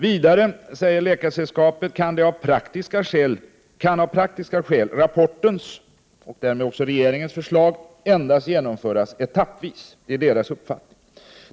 Vidare, skriver Svenska läkaresällskapet, kan av praktiska skäl rapportens, och därmed också regeringens, förslag genomföras endast etappvis.